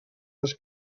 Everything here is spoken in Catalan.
les